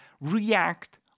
react